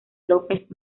lópez